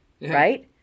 right